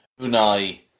Unai